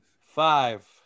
Five